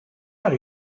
are